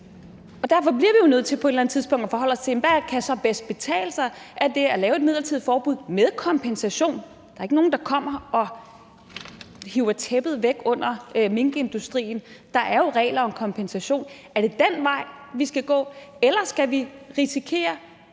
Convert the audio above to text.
eller andet tidspunkt at forholde os til, hvad der så bedst kan betale sig. Er det at lave et midlertidigt forbud med kompensation? Der er ikke nogen, der kommer og hiver tæppet væk under minkindustrien. Der er jo regler om kompensation. Er det den vej, vi skal gå? Eller skal vi risikere